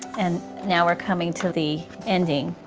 and now we're coming to the ending